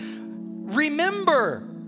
Remember